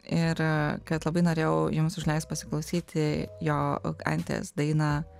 ir kad labai norėjau jums užleist pasiklausyti jo anties dainą